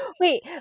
Wait